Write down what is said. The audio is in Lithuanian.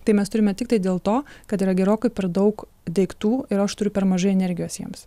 tai mes turime tiktai dėl to kad yra gerokai per daug daiktų ir aš turiu per mažai energijos jiems